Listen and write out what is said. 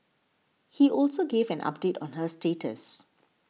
he also gave an update on her status